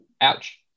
ouch